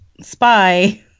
spy